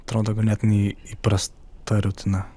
atrodo ganėtinai įprasta rutina